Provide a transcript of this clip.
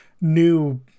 new